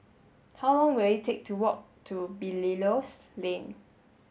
how long will it take to walk to Belilios Lane